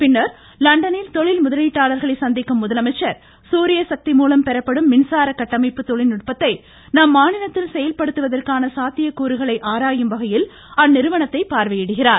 பின்னர் லண்டனில் தொழில் முதலீட்டாளர்களை சந்திக்கும் முதலமைச்சர் சூரியசக்தி மூலம் பெறப்படும் மின்சார கட்டமைப்பு தொழில்நுட்பத்தை நம் மாநிலத்தில் செயல்படுத்துவதற்கான சாத்தியக்கூறுகளை ஆராயும் வகையில் அந்நிறுவனத்தை பார்வையிடுகிறார்